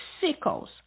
sickles